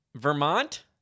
Vermont